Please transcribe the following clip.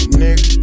nigga